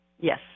Yes